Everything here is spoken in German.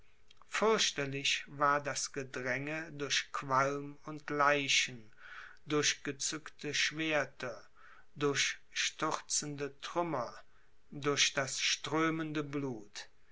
fürchterlich war das gedränge durch qualm und leichen durch gezückte schwerter durch stürzende trümmer durch das strömende blut